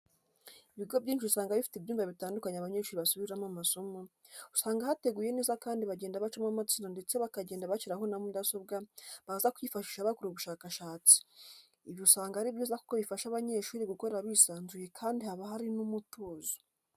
Ibigo byinshi usanga bifite ibyumba bitandukanye abanyeshuri basubiriramo amasomo, usanga hateguye neza kandi bagenda bacamo amatsinda ndetse bakagenda bashyiraho n'amudasobwa baza kwifashisha bakora ubushakashatsi, ibi usanga ari byiza kuko bifasha abanyeshuri gukora bisanzuye kandi haba hari n'umutuzo.